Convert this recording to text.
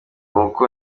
uko